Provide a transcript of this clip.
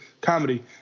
comedy